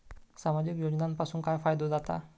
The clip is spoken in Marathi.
सामाजिक योजनांपासून काय फायदो जाता?